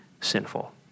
sinful